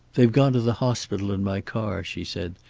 they've gone to the hospital in my car, she said.